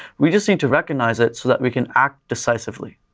we just need to recognize it so that we can act decisively.